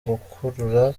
gukurura